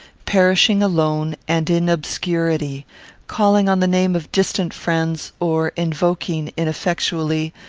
perishing alone, and in obscurity calling on the name of distant friends, or invoking, ineffectually,